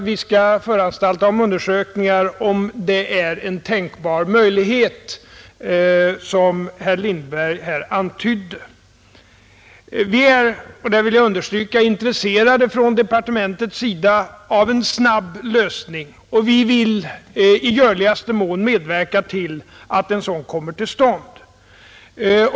Vi skall föranstalta om undersökningar om huruvida den utväg som herr Lindberg här antydde är tänkbar. Vi är — det vill jag understryka — inom departementet intresserade av en snabblösning, och vi vill i möjligaste mån medverka till att en sådan kommer till stånd.